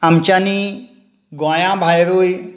आमच्यांनी गोंया भायरूय